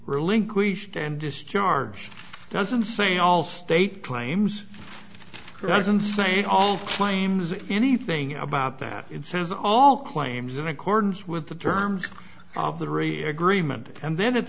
relinquished and discharge doesn't say all state claims doesn't say all claims or anything about that it says all claims in accordance with the terms of the re agreement and then it